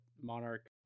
Monarch